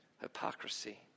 Hypocrisy